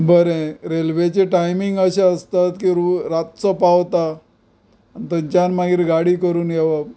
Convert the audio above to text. बरें रेल्वेचे टायमींग अशें आसता की रातचो पावता आनी थंयच्यान मागीर गाडी करून येवप